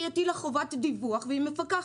שהיא הטילה חובת דיווח והיא מפקחת.